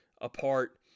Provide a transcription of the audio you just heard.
apart